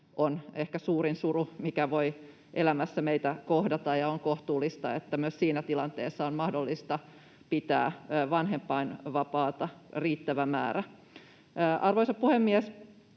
on ehkä suurin suru, mikä voi elämässä meitä kohdata, ja on kohtuullista, että myös siinä tilanteessa on mahdollista pitää vanhempainvapaata riittävä määrä? Arvoisa puhemies!